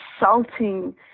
insulting